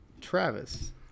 Travis